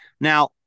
Now